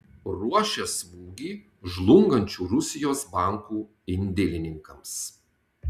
ruošia smūgį žlungančių rusijos bankų indėlininkams